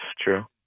true